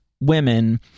women